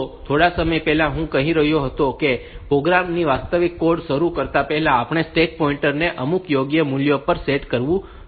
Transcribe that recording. તો થોડા સમય પહેલા હું કહી રહ્યો હતો કે પ્રોગ્રામ નો વાસ્તવિક કોડ શરૂ કરતા પહેલા આપણે આ સ્ટેક પોઇન્ટર ને અમુક યોગ્ય મૂલ્યો પર સેટ કરવું જોઈએ